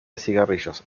cigarrillos